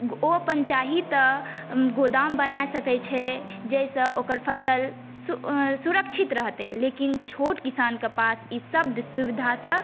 ओ अपन चाही तऽ गोदाम बना सकैत छै जाहिसँ ओकर फसल सुरक्षित रहतै लेकिन छोट किसानके पास ईसब सुविधासब